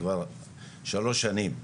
שלוש שנים.